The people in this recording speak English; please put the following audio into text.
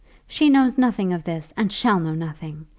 she knows nothing of this, and shall know nothing,